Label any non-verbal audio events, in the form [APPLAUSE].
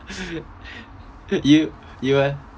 [LAUGHS] you you eh